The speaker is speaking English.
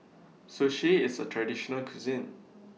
Sushi IS A Traditional Cuisine